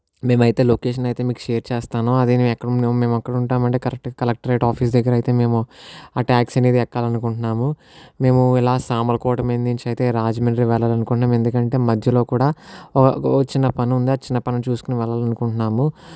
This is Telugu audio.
మేమైతే లొకేషన్ అయితే మీకు షేర్ చేస్తాను అది నేను ఎక్క మేము ఎక్కడుంటామంటే కరెక్ట్గా కలెక్టరేట్ ఆఫీస్ దగ్గర అయితే మేము ఆ ట్యాక్సీ అనేది ఎక్కాలనుకుంటున్నాము మేము ఇలా సామర్లకోట మీద నుంచి అయితే రాజమండ్రి వెళ్ళాలి అనుకుంటున్నాము ఎందుకంటే మధ్యలో కూడా ఒక చిన్న పనుంది ఆ చిన్న పనిని చూసుకుని వెళ్ళాలనుకుంటున్నాము